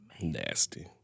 Nasty